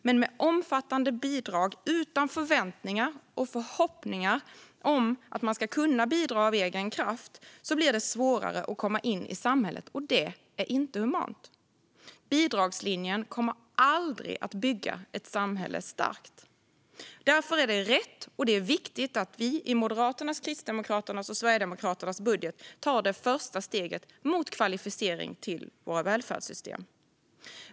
Men med omfattande bidrag utan förväntningar och förhoppningar om att kunna bidra av egen kraft blir det svårare att komma in i samhället. Det är inte humant. Bidragslinjen kommer aldrig att bygga ett samhälle starkt. Därför är det rätt och viktigt att vi i Moderaternas, Kristdemokraternas och Sverigedemokraternas budget tar det första steget mot kvalificering till våra välfärdssystem.